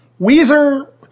Weezer